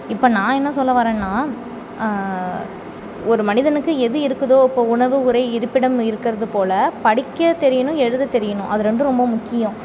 இப்போ நான் என்ன சொல்ல வர்றேன்னால் ஒரு மனிதனுக்கு எது இருக்குதோ இப்போ உணவு ஒரே இருப்பிடம் இருக்கிறது போல படிக்க தெரியணும் எழுத தெரியணும் அது ரெண்டும் ரொம்ப முக்கியம்